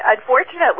Unfortunately